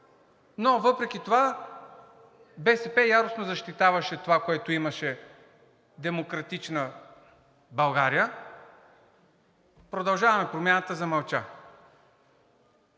но въпреки това БСП яростно защитаваше това, което имаше „Демократична България“. „Продължаваме Промяната“ замълча.